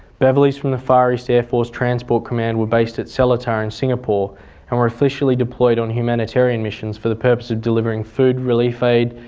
beverleys from the far east air force transport command were based at seletar in singapore and were officially deployed on humanitarian missions for the purpose of delivering food, relief aid,